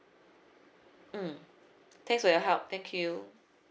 mm thanks for your help thank you